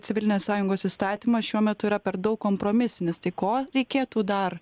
civilinės sąjungos įstatymas šiuo metu yra per daug kompromisinis tai ko reikėtų dar